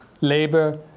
labor